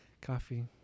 coffee